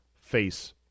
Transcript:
face